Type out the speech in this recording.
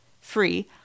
Free